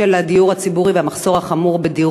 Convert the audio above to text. הדיור הציבורי והמחסור החמור בדירות,